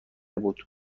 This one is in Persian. بود